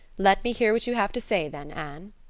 let me hear what you have to say then, anne.